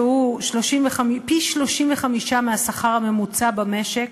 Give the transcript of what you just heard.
שהוא פי-35 מהשכר הממוצע במשק